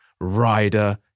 Rider